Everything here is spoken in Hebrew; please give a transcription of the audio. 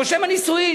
רושם הנישואים,